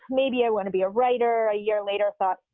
maybe i want to be a writer, a year later thought,